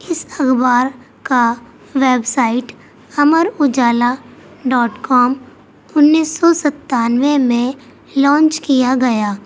اس اخبار کا website Amar Ujala dot com انیس سو ستانوے میں لانچ کیا گیا